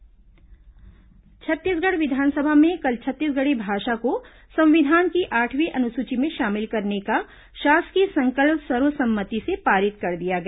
छत्तीसगढ़ी आठवीं अनुसूची छत्तीसगढ़ विधानसभा में कल छत्तीसगढ़ी भाषा को संविधान की आठवीं अनुसूची में शामिल करने का शासकीय संकल्प सर्व सम्मति से पारित कर दिया गया